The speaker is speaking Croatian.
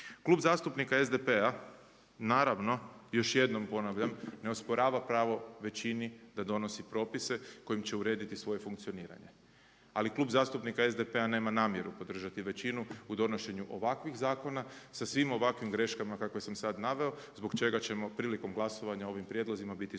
Klub zastupnika SDP-a naravno, još jednom ponavljam, ne osporava pravo većini da donosi propise kojima će urediti svoje funkcioniranje ali Klub zastupnika SDP-a nema namjeru podržati većinu u donošenju ovakvih zakona sa svim ovakvim greškama kakve sam sada naveo zbog čega ćemo prilikom glasovanja o ovim prijedlozima biti suzdržani.